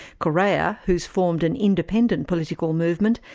correa, who's formed an independent political movement,